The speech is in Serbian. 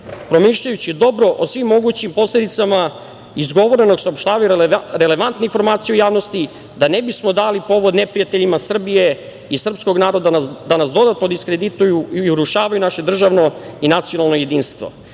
promišljajući dobro o svim mogućim posledicama izgovorenog, saopštavaju relevantnu informaciju javnosti, da ne bismo dali povod neprijateljima Srbije i srpskog naroda da nas dodatno diskredituju i urušavaju naše državno i nacionalno jedinstvo.